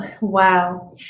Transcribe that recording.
wow